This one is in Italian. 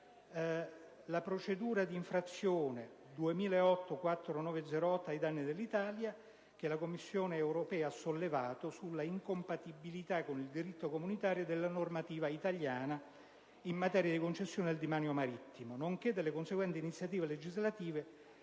la procedura di infrazione 2008/4908 ai danni dell'Italia, la Commissione europea ha sollevato questioni di compatibilità con il diritto comunitario della normativa italiana in materia di concessioni sul demanio marittimo, nonché delle conseguenti iniziative legislative